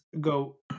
go